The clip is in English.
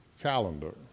calendar